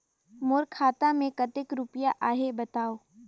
मोर खाता मे कतेक रुपिया आहे बताव?